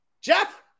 jeff